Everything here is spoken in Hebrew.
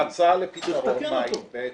ההצעה לפתרון מהי בעצם?